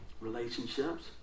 relationships